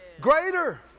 greater